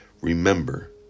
Remember